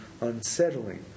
unsettling